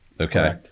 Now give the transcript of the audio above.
Okay